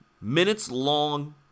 minutes-long